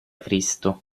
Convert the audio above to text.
cristo